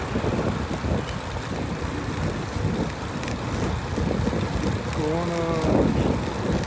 discount